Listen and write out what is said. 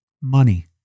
Money